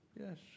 Yes